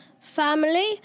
family